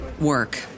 work